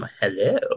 hello